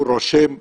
שהוא רושם זמן,